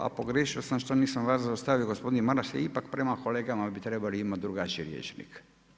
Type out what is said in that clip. A pogriješio sam i što nisam vas zaustavio jer gospodine Maras ipak prema kolegama bi trebali imati drugačiji rječnik.